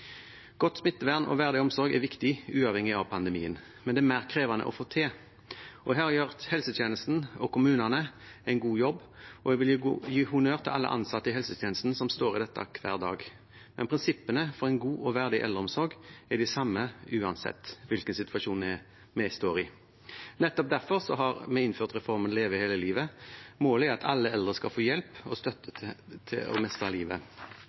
Godt smittevern og verdig omsorg er viktig uavhengig av pandemien, men det er mer krevende å få til. Her gjør helsetjenesten og kommunene en god jobb, og jeg vil gi honnør til alle ansatte i helsetjenesten som står i dette hver dag. Men prinsippene for en god og verdig eldreomsorg er de samme uansett hvilken situasjon vi står i. Nettopp derfor har vi innført reformen Leve hele livet. Målet er at alle eldre skal få hjelp og støtte til å mestre livet.